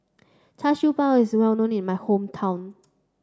Char Siew Bao is well known in my hometown